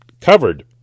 covered